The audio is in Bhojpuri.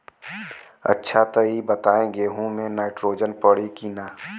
अच्छा त ई बताईं गेहूँ मे नाइट्रोजन पड़ी कि ना?